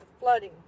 flooding